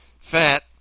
fat